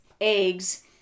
eggs